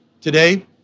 today